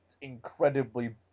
incredibly